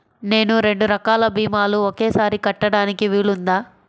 నేను రెండు రకాల భీమాలు ఒకేసారి కట్టడానికి వీలుందా?